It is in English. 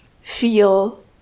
feel